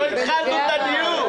עוד לא התחלנו את הדיון.